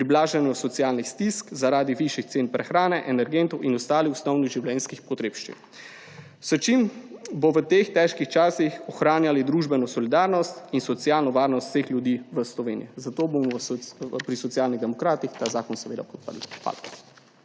pri blaženju socialnih stisk zaradi višjih cen prehrane, energentov in ostalih osnovnih življenjskih potrebščin, s čimer bomo v teh težkih časih ohranjali družbeno solidarnost in socialno varnost vseh ljudi v Sloveniji. Socialni demokrati bomo ta zakon seveda podprli. Hvala.